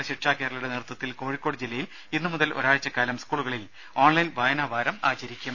രുമ സമഗ്ര ശിക്ഷാ കേരളയുടെ നേതൃത്വത്തിൽ കോഴിക്കോട് ജില്ലയിൽ ഇന്നു മുതൽ ഒരാഴ്ച്ചക്കാലം സ്കൂളുകളിൽ ഓൺലൈൻ വായനാവാരം ആചരിക്കും